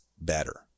better